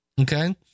okay